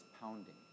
pounding